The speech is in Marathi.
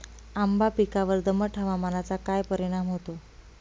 आंबा पिकावर दमट हवामानाचा काय परिणाम होतो?